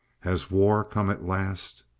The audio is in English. has war come at last?